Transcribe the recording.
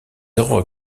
œuvres